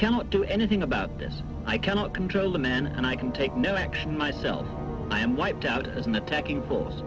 cannot do anything about this i cannot control the man and i can take no action myself i am wiped out as an attacking